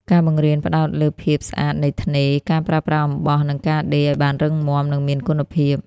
ការបង្រៀនផ្តោតលើភាពស្អាតនៃថ្នេរ ការប្រើប្រាស់អំបោះ និងការដេរឱ្យបានរឹងមាំ និងមានគុណភាព។